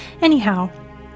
Anyhow